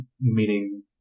meaning